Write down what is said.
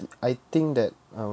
I think that I'll